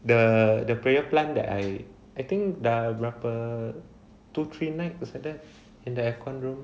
the the prayer plant that I I think the wrapper two three nights in the aircon room